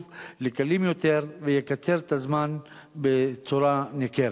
לקלות יותר ויקצר את זמן הנסיעה בצורה ניכרת.